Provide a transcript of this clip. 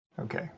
Okay